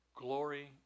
Glory